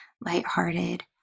lighthearted